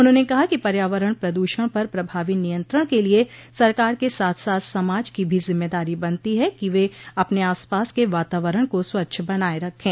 उन्होंने कहा कि पर्यावरण प्रद्षण पर प्रभावी नियंत्रण के लिये सरकार के साथ साथ समाज की भी जिम्मेदारी बनती है कि वे अपने आसपास के वातावरण को स्वच्छ बनाये रखे